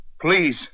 Please